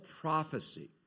prophecy